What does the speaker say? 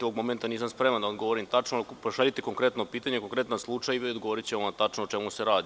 Ovog momenta nisam spreman da vam odgovorim tačno, pošaljite konkretno pitanje, konkretan slučaj i odgovorićemo vam tačno o čemu se radi.